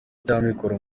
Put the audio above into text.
cy’amikoro